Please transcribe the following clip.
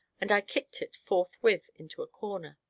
and i kicked it, forthwith, into a corner.